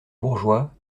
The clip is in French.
bourgeois